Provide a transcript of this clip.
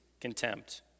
contempt